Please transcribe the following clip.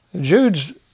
Jude's